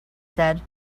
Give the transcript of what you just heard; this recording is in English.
said